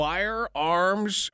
Firearms